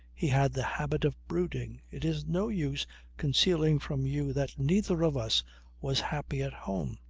he had the habit of brooding. it is no use concealing from you that neither of us was happy at home.